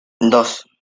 dos